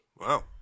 Wow